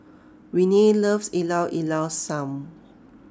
Renee loves Ilao Ilao Sanum